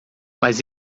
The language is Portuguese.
mas